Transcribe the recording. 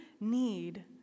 need